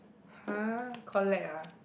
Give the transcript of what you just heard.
!huh! collect uh